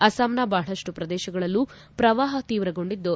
ಅಸ್ಸಾಂನ ಬಹಳಷ್ಟು ಪ್ರದೇಶಗಳಲ್ಲೂ ಪ್ರವಾಹ ತೀವ್ರಗೊಂಡಿದ್ದು